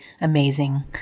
amazing